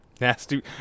Nasty